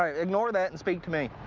ah ignore that, and speak to me.